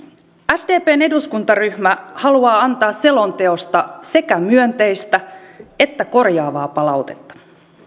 sdpn eduskuntaryhmä haluaa antaa selonteosta sekä myönteistä että korjaavaa palautetta